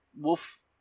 wolf